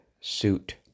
suit